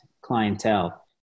clientele